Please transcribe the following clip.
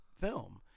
film